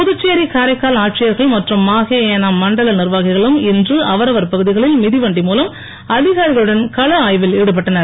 புதுச்சேரி காரைக்கால் ஆட்சியர்கள் மற்றும் மாஹே ஏனாம் மண்டல நிர்வாகிகளும் இன்று அவரவர் பகுதிகளில் மிதிவண்டி மூலம் அதிகாரிகளுடன் கள ஆய்வில் ஈடுபட்டனர்